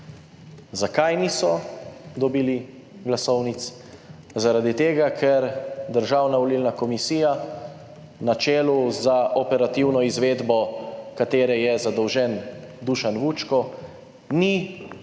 Zakaj niso dobili glasovnic? Zaradi tega, ker Državna volilna komisija na čelu, za operativno izvedbo katere je zadolžen Dušan Vučko, ni poslala